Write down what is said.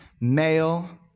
Male